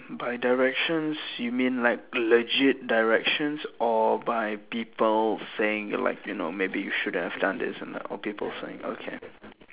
by directions you mean like legit directions or by people saying like you know maybe you should have done this and that or people saying okay